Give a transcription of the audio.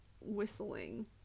whistling